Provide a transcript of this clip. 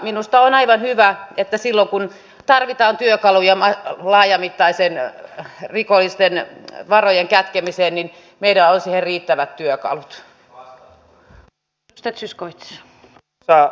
minusta on aivan hyvä että silloin kun tarvitaan työkaluja laajamittaisen rikollisten varojen kätkemisen selvittämiseen niin meillä on siihen riittävät työkalut